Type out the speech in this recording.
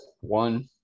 One